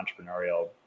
entrepreneurial